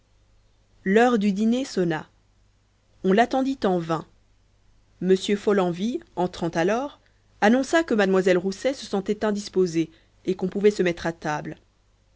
l'heure du dîner sonna on l'attendit en vain m follenvie entrant alors annonça que mlle rousset se sentait indisposée et qu'on pouvait se mettre à table